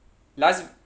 las